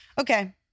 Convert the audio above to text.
Okay